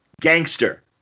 Gangster